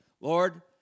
Lord